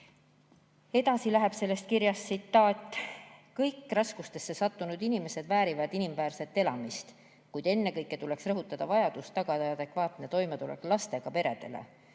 Edasi öeldakse selles kirjas, et kõik raskustesse sattunud inimesed väärivad inimväärset elamist, kuid ennekõike tuleks rõhutada vajadust tagada adekvaatne toimetulek lastega peredele.